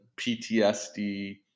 PTSD